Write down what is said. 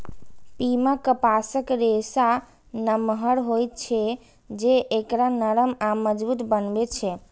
पीमा कपासक रेशा नमहर होइ छै, जे एकरा नरम आ मजबूत बनबै छै